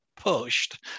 pushed